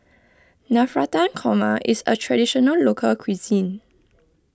Navratan Korma is a Traditional Local Cuisine